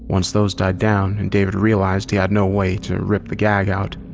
once those died down and david realized he had no way to rip the gag out,